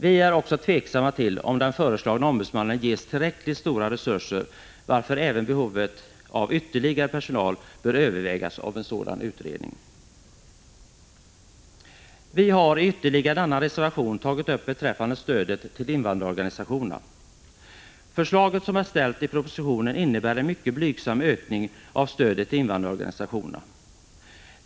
Vi är också tveksamma till om den föreslagna ombudsmannen ges tillräckligt stora resurser, varför även behovet av ytterligare personal bör övervägas av en sådan utredning. Vi har i en annan reservation tagit upp stödet till invandrarorganisationerna. Förslaget i propositionen innebär en mycket blygsam ökning av stödet till invandrarorganisationerna.